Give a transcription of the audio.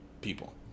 people